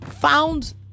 found